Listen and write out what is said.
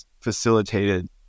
facilitated